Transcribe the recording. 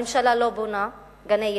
הממשלה לא בונה גני-ילדים,